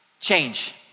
change